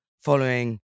following